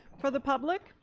for the public,